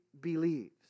believes